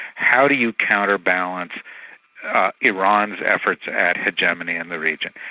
how do you counterbalance iran's efforts at hegemony in the region,